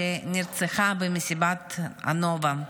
שנרצחה במסיבת הנובה.